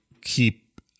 keep